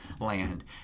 land